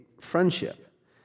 friendship